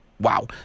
Wow